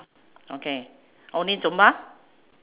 okay only zumba